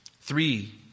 Three